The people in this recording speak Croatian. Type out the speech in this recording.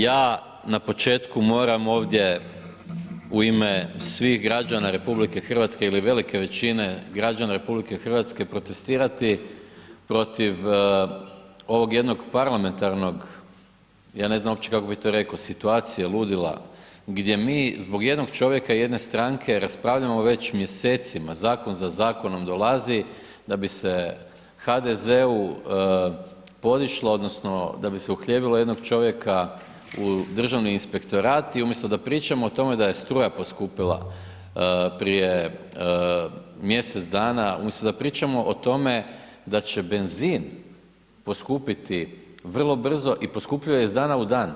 Ja na početku moram ovdje u ime svih građana RH ili velike većine građana RH protestirati protiv ovog jednog parlamentarnog, ja ne znam uopće kako bi to rekao, situacije, ludila, gdje mi zbog jednog čovjeka jedne stranke raspravljamo već mjesecima, zakon za zakonom dolazi da bi se HDZ-u podišlo, odnosno da bi se uhljebilo jednog čovjeka u Državni inspektorat i umjesto da pričamo o tome da je struja poskupila prije mjesec dana, umjesto da pričamo o tome da će benzin poskupiti vrlo brzo i poskupljuje iz dana u dan.